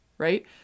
right